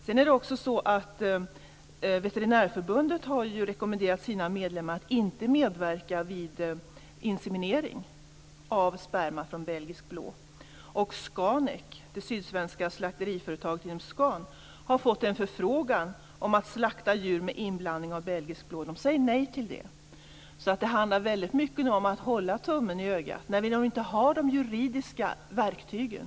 Sedan är det också så att veterinärförbundet har rekommenderat sina medlemmar att inte medverka vid inseminering av sperma från belgisk blå. Skanek, det sydsvenska slakteriföretaget inom Scan, har fått en förfrågan om att slakta djur med inblandning av belgisk blå. Man säger nej till det. Det handlar nu mycket om att hålla tummen i ögat, när vi nu inte har de juridiska verktygen.